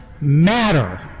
matter